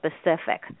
specific